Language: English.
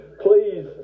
Please